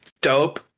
dope